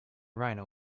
rhino